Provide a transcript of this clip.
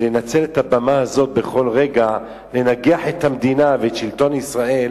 לנצל את הבמה הזאת בכל רגע לנגח את המדינה ואת שלטון ישראל